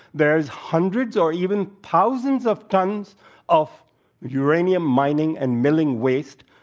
there is hundreds or even thousands of tons of uranium mining and milling waste,